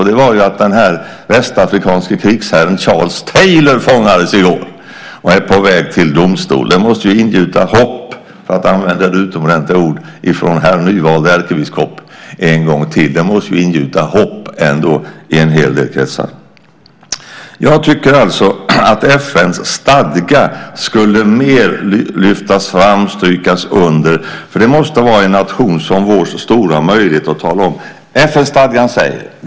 I går fångades den västafrikanske krigsherren Charles Taylor och är nu på väg till domstol. Det måste väl ändå ingjuta hopp, för att använda detta utomordentliga ord från herr nyvalde ärkebiskopen en gång till, i en hel del kretsar. Jag tycker alltså att FN:s stadga mer skulle lyftas fram och strykas under. Det måste vara den stora möjligheten för en nation som vår att i tid och otid säga: FN-stadgan säger!